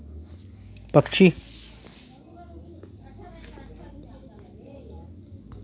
पक्षी